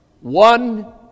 one